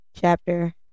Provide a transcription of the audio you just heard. chapter